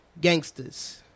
gangsters